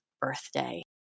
birthday